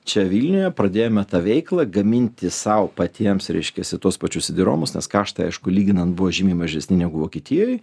čia vilniuje pradėjome tą veiklą gaminti sau patiems reiškiasi tuos pačius diromus nes kaštai aišku lyginant buvo žymiai mažesni negu vokietijoj